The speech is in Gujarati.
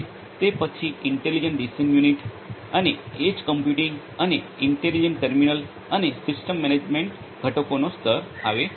તે પછી ઇન્ટેલિજ્ન્ટ ડિસિઝન યુનિટ અને એજ કમ્પ્યુટિંગ અને ઇન્ટેલિજ્ન્ટ ટર્મિનલ્સ અને સિસ્ટમ મેનેજમેન્ટ ઘટકોનો સ્તર આવે છે